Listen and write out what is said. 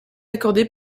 accordée